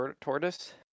tortoise